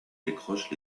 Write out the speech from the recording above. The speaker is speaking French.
décroche